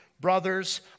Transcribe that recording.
Brothers